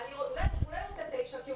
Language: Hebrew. אולי הוא רוצה תשע.